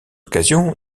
occasion